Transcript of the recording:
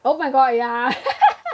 oh my god ya